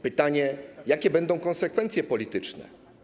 Pytanie: Jakie będą konsekwencje polityczne?